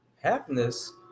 happiness